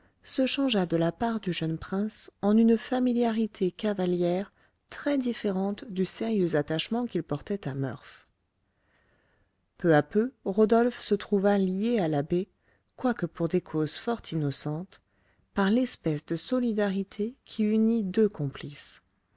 se changea de la part du jeune prince en une familiarité cavalière très différente du sérieux attachement qu'il portait à murph peu à peu rodolphe se trouva lié à l'abbé quoique pour des causes fort innocentes par l'espèce de solidarité qui unit deux complices